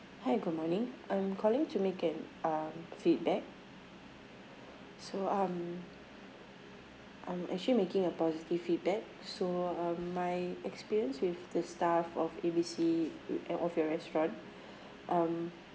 hi good morning I'm calling to make an uh feedback so I'm I'm actually making a positive feedback so um my experience with the staff of A B C of your restaurant um